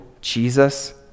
Jesus